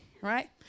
right